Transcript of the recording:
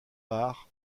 par